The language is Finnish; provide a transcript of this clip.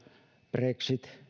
brexit